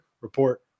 Report